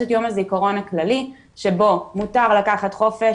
יש את יום הזיכרון הכללי שבו מותר לקחת חופש,